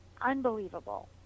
unbelievable